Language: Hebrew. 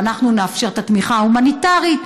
שאנחנו נאפשר את התמיכה ההומניטרית,